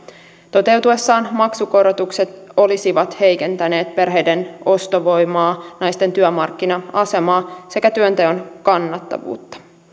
toteutuessaan maksukorotukset olisivat heikentäneet perheiden ostovoimaa naisten työmarkkina asemaa sekä työnteon kannattavuutta